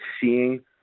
seeing